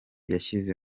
yashyize